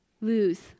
lose